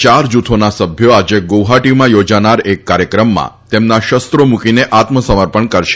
યાર જુથોના સભ્યો આજે ગુવાહાટીમાં યોજાનાર એક કાર્યક્રમમાં તેમના શસ્ત્રો મુકીને આત્મસમર્પણ કરશે